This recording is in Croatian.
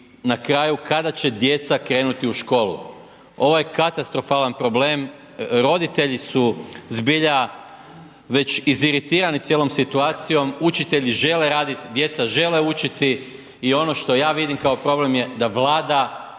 na kraju kada će djeca krenuti u školu? Ovo je katastrofalan problem, roditelji su zbilja već iziritirani cijelom situacijom, učitelji žele raditi, djeca žele učiti i ono što ja vidi kao problem je da Vlada